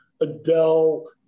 Adele